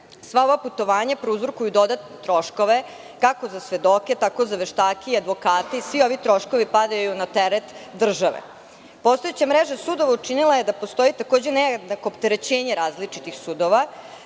Sva ova putovanja prouzrokuju dodatne troškove kako za svedoke, tako za veštake i advokate i svi ovi troškovi padaju na teret države. Postojeća mreža sudova učinila je da postoji, takođe, nejednako opterećenje različitih sudova,